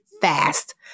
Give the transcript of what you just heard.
fast